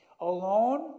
alone